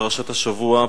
פרשת השבוע,